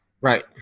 Right